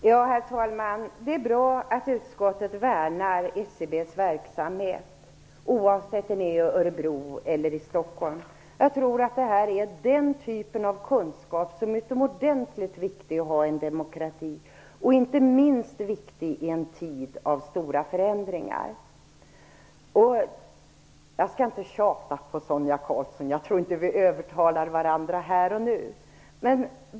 Herr talman! Det är bra att utskottet värnar SCB:s verksamhet, oavsett om den sker i Örebro eller i Stockholm. Jag tror att det här är en typ av kunskap som är utomordentligt viktig att ha i en demokrati, inte minst i en tid av stora förändringar. Jag skall inte tjata på Sonia Karlsson. Jag tror inte att vi övertalar varandra här och nu.